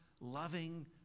loving